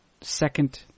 second